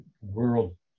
world